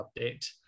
update